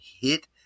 hit